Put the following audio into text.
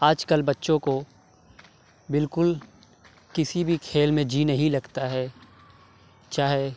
آج کل بچوں کو بالکل کسی بھی کھیل میں جی نہیں لگتا ہے چاہے